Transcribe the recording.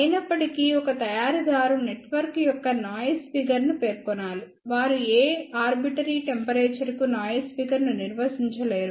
అయినప్పటికీ ఒక తయారీదారు నెట్వర్క్ యొక్క నాయిస్ ఫిగర్ ను పేర్కొనాలి వారు ఏ ఆర్బిటరీ టెంపరేచర్ కు నాయిస్ ఫిగర్ ను నిర్వచించలేరు